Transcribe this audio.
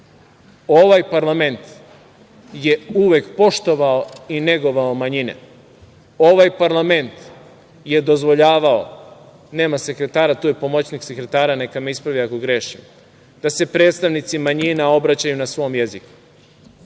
Ovaj parlament je uvek poštovao i negovao manjine. Ovaj parlament je dozvoljavao, nema sekretara, tu je pomoćnik sekretara, neka me ispravi ako grešim, da se predstavnici manjina obraćaju na svom jeziku,